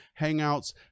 Hangouts